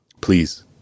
Please